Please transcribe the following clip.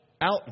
out